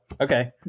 okay